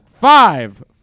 five